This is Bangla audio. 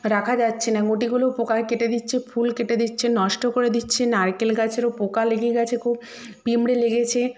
রাখা যাচ্ছে না গুটিগুলোও পোকায় কেটে দিচ্ছে ফুল কেটে দিচ্ছে নষ্ট করে দিচ্ছে নারকেল গাছেরও পোকা লেগে গেছে খুব পিঁমড়ে লেগেছে